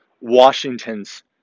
Washington's